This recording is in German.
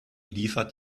liefert